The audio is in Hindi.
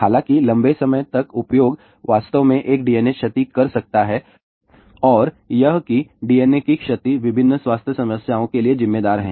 हालांकि लंबे समय तक उपयोग वास्तव में एक DNA क्षति कर सकता है और यह कि DNA की क्षति विभिन्न स्वास्थ्य समस्याओं के लिए जिम्मेदार है